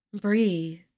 Breathe